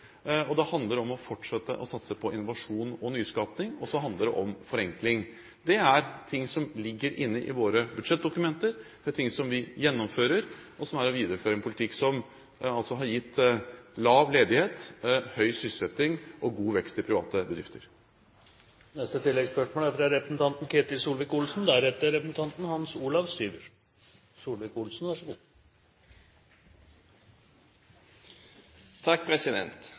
det handler om å fortsette å satse på innovasjon og nyskaping, og det handler om forenkling. Det er ting som ligger inne i våre budsjettdokumenter, det er ting som vi gjennomfører, og som viderefører en politikk som har gitt lav ledighet, høy sysselsetting og god vekst i private